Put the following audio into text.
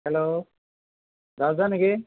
hello ৰাজদা নিকি